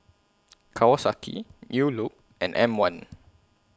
Kawasaki New Look and M one